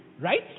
Right